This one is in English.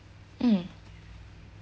mm